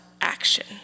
action